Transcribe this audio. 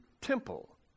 temple